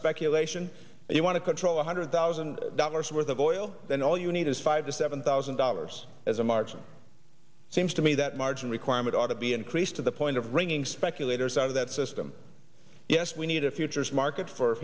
speculation if you want to control one hundred thousand dollars worth of oil then all you need is five to seven thousand dollars as a margin seems to me that margin requirement ought to be increased to the point of wringing speculators out of that system yes we need a futures market for